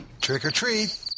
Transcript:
Trick-or-treat